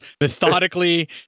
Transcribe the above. methodically